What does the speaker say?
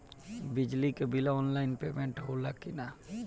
बिजली के bill online payment होला कि ना?